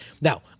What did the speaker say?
Now